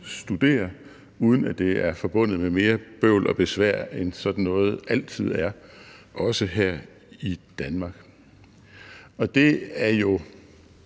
studere, uden at det er forbundet med mere bøvl og besvær, end sådan noget altid er, også her i Danmark. Det er jo